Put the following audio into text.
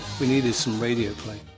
we needed some radio play.